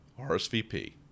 RSVP